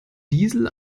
diesel